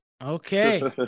Okay